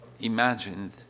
imagined